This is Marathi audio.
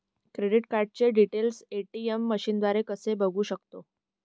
क्रेडिट कार्डचे डिटेल्स ए.टी.एम मशीनद्वारे कसे बघू शकतो?